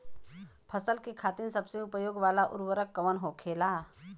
फसल के खातिन सबसे उपयोग वाला उर्वरक कवन होखेला?